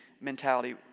mentality